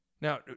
now